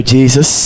Jesus